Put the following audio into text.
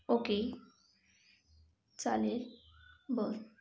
okay चालेल बरं